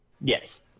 Yes